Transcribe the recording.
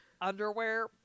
underwear